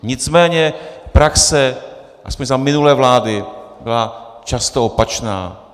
Nicméně praxe aspoň za minulé vlády byla často opačná.